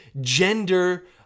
gender